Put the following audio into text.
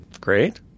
Great